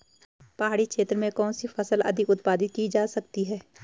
पहाड़ी क्षेत्र में कौन सी फसल अधिक उत्पादित की जा सकती है?